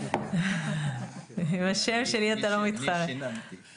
שיננתי.